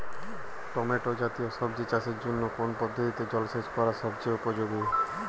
Tomato জাতীয় সবজি চাষের জন্য কোন পদ্ধতিতে জলসেচ করা সবচেয়ে উপযোগী?